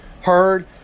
heard